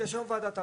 יש היום ועדת ערער.